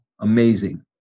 amazing